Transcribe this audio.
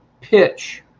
pitch